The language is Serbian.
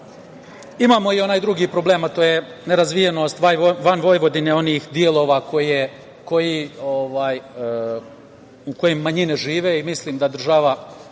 imamo i onaj drugi problem, a to je nerazvijenost van Vojvodine onih delova u kojima manjine žive. Mislim da država